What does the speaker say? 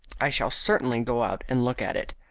i shall certainly go out and look at it.